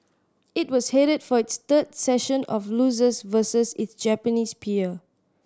it was headed for its third session of losses versus its Japanese peer